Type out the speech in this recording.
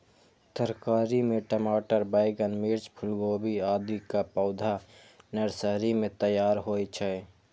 तरकारी मे टमाटर, बैंगन, मिर्च, फूलगोभी, आदिक पौधा नर्सरी मे तैयार होइ छै